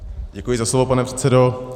Děkuji za slovo, pane předsedo.